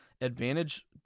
advantage